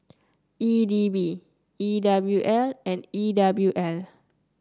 E D B E W L and E W L